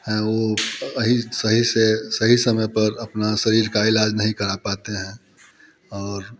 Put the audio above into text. हैं वो वहीं सही से सही समय पर अपना शरीर का इलाज नहीं करा पाते हैं और